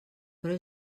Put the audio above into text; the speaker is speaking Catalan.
però